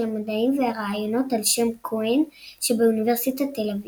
המדעים והרעיונות ע"ש כהן שבאוניברסיטת תל אביב.